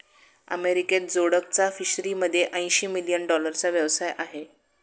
अमेरिकेत जोडकचा फिशरीमध्ये ऐंशी मिलियन डॉलरचा व्यवसाय आहे